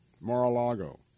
Mar-a-Lago